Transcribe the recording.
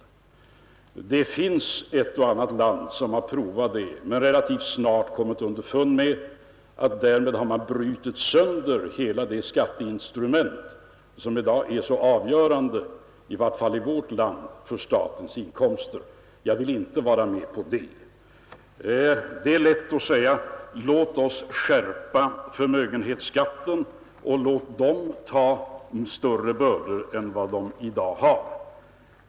Det finns ett och annat land som har provat det men relativt snart kommit underfund med att därmed har man brutit sönder hela det skatteinstrument som i dag är så avgörande — i vart fall i vårt land — för statens inkomster. Jag vill inte vara med på det. Det är lätt att säga: Låt oss skärpa förmögenhetsskatten och låt förmögenhetsägarna ta större bördor än vad de i dag har!